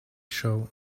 show